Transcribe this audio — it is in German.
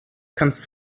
kannst